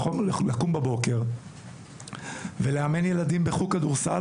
יכול לקום ולאמן ילדים בחוג כדורסל,